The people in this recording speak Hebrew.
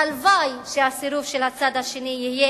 והלוואי שהסירוב של הצד השני יהיה